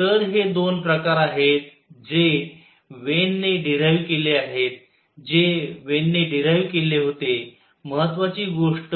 तर हे 2 प्रकार आहेत जे वेन ने डीराईव्ह केले आहेत जे वेन ने डीराईव्ह केले होते महत्वाची गोष्ट